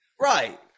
Right